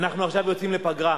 אנחנו יוצאים עכשיו לפגרה,